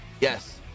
yes